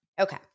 Okay